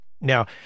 Now